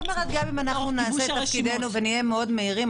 כלומר גם אם נעשה את תפקידנו ונהיה מאוד מהירים,